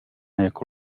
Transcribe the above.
jako